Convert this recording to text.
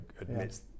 admits